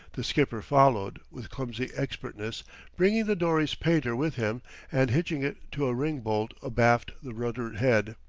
the skipper followed, with clumsy expertness bringing the dory's painter with him and hitching it to a ring-bolt abaft the rudder-head.